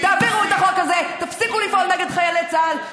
תעבירו את החוק הזה, תפסיקו לפעול נגד חיילי צה"ל.